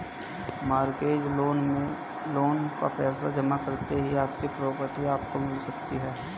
mortgage loan में loan का पैसा जमा करते ही अपनी प्रॉपर्टी आपको मिल सकती है